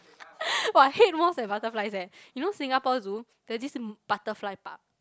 !wah! I hate moths and butterflies eh you know Singapore Zoo there's this m~ butterfly park